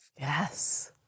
Yes